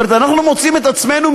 כלומר אנחנו מוצאים את עצמנו,